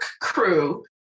crew